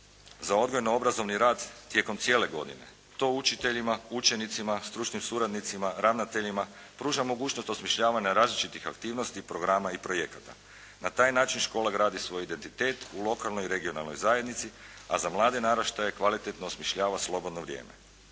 za odgojno obrazovni rad tijekom cijele godine. To učiteljima, učenicima, stručnim suradnicima, ravnateljima pruža mogućnost osmišljavanja različitih aktivnosti, programa i projekata. Na taj način škola gradi svoj identitet u lokalnoj i regionalnoj zajednici, a za mlade naraštaje kvalitetno osmišljava slobodno vrijeme.